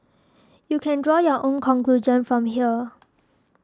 you can draw your own conclusion from here